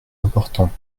importante